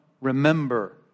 remember